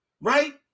right